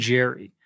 Jerry